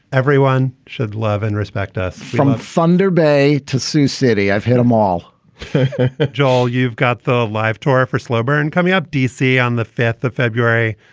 everyone should love and respect us from thunder bay to sioux city, i've hit them all joel, you've got the live tour for slow burn coming up dc on the fifth of february,